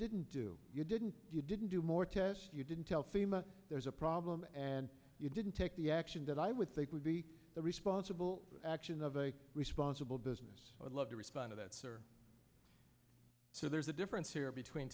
didn't do you didn't you didn't do more tests you didn't tell fema there's a problem and you didn't take the action that i would think would be the responsible actions of a responsible business i would love to respond to that sir so there's a difference here between